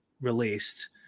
released